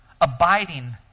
abiding